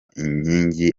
inkingi